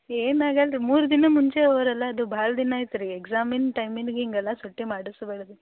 ಏನು ಆಗಲ್ಲ ರೀ ಮೂರು ದಿನ ಮುಂಚೆ ಅವ್ರೆಲ್ಲ ಅದು ಭಾಳ ದಿನ ಆಯ್ತು ರೀ ಎಕ್ಸಾಮಿಂದು ಟೈಮಿಂದು ಹಿಂಗಲ್ಲ ಸೂಟಿ ಮಾಡಿಸ್ಬಾರ್ದು